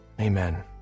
amen